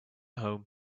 home